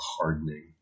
hardening